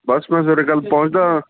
ਬਸ ਬਸ ਗੱਲ ਪਹੁੰਚਦਾ